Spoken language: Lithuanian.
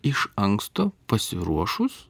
iš anksto pasiruošus